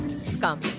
scum